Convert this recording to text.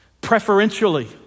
preferentially